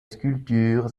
sculptures